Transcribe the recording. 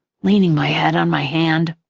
leaning my head on my hand.